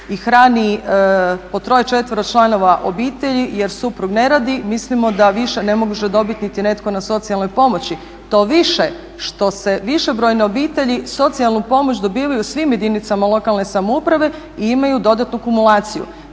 i hrani po troje, četvero članova obitelji jer suprug ne radi, mislimo da više ne može dobiti niti netko na socijalnoj pomoći, to više što se višebrojne obitelji socijalnu pomoć dobivaju u svim jedinice lokalne samouprave i imaju dodatnu kumulaciju.